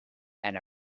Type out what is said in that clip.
and